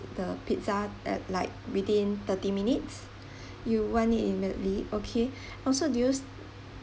the pizza at like within thirty minutes you want it immediately okay also do you